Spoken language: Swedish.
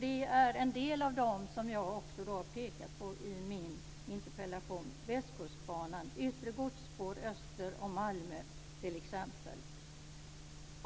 Det är en del av dem som jag har pekat på i min interpellation. Det gäller t.ex. Västkustbanan och yttre godsspår öster om Malmö.